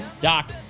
Doc